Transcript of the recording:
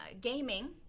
gaming